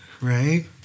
right